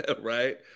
Right